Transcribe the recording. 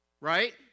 Right